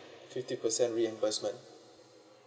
fifty percent reimbursement